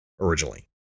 originally